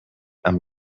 amb